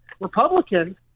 Republican